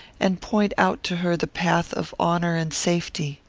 and point out to her the path of honour and safety.